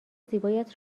زیبایت